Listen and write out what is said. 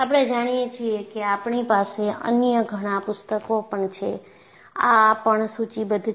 આપણે જાણીએ છીએ કે આપણી પાસે અન્ય ઘણા પુસ્તકો પણ છે આ પણ સૂચિબદ્ધ છે